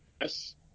Yes